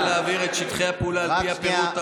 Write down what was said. הממשלה החליטה להעביר את שטחי הפעולה על פי הפירוט הבא.